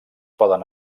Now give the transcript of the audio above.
poden